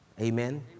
Amen